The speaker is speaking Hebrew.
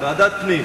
ועדת הפנים.